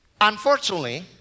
unfortunately